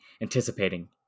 anticipating